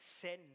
sin